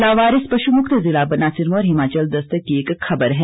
लावारिस पशु मुक्त जिला बना सिरमौर हिमाचल दस्तक की एक ख़बर है